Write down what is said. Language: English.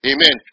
Amen